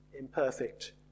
imperfect